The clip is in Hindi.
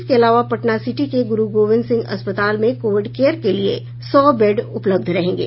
इसके अलावा पटना सिटी के गुरूगोविंद सिंह अस्पताल में कोविड केयर के लिये सौ बेड उपलब्ध रहेंगे